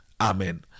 amen